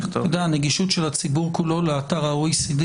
אתה יודע, הנגישות של הציבור כולו לאתר ה-OECD